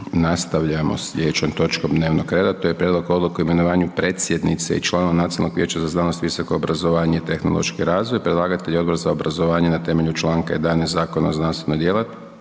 Nastavljamo sa sljedećom točkom dnevnog rada to je: - Prijedlog odluke o imenovanju predsjednice i članova Nacionalnog vijeća z aznanost, visoko obrazovanje i tehnološki razvoj Predlagatelj: Odbor za obrazovanje, znanost i kulturu Predlagatelj je